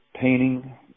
painting